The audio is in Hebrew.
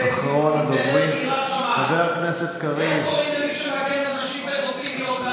איך קוראים למי שמגן על פדופיליות,